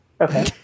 Okay